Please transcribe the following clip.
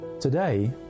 Today